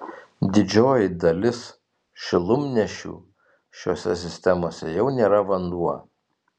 didžioji dalis šilumnešių šiose sistemose jau nėra vanduo